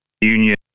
Union